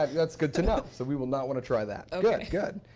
um that's good to know, so we will not want to try that. good.